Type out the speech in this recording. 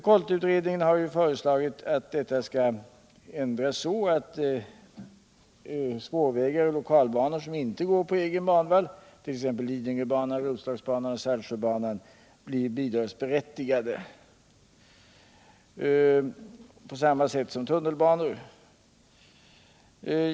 KOLT-utredningen har föreslagit att detta skall ändras så, att spårvägar och lokalbanor som inte går på egen banvall t.ex. Lidingöbanan, Roslagsbanan och Saltsjöbanan — blir bidragsberättigade på samma sätt som tunnelbanor.